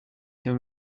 can